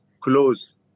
close